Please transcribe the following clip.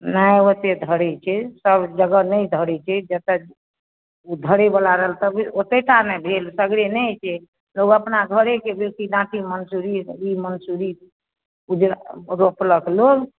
नहि ओतेक धरैत छै सभजगह नहि धरैत छै जतय धरयवला रहल ओत्तहि टा ने भेल सगरे नहि होइत छै लोक अपना घरेके बेसी झाँकी मँसूरी रब्बी मँसूरी भेल रोपलक लोग